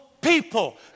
people